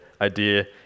idea